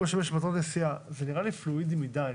משמש למטרות נסיעה בו" זה נראה לי פלואידי מדי.